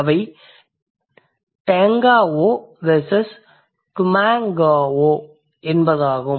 அவை tengao versus tumengao ak என்பதாகும்